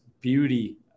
Beauty